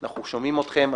אנחנו שומעים אתכם,